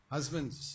Husbands